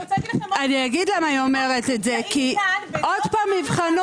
היא אומרת את זה כי עוד פעם יבחנו